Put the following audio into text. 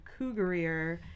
cougarier